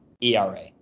ERA